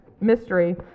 mystery